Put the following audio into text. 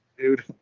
dude